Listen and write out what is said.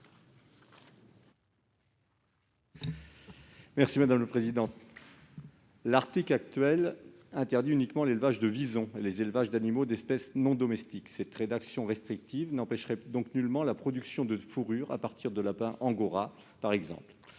15, dans sa rédaction actuelle, interdit uniquement l'élevage de visons et les élevages d'animaux d'espèces non domestiques. Cette rédaction restrictive n'empêcherait donc nullement la production de fourrure à partir, par exemple,